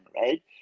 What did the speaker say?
right